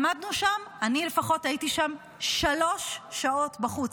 עמדנו שם, אני לפחות הייתי שם שלוש שעות בחוץ.